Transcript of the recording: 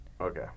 Okay